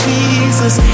Jesus